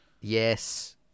Yes